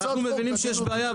אנחנו מבינים שיש בעיה,